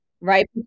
right